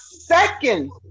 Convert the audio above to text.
second